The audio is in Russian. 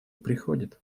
приходит